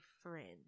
friend